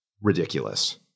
ridiculous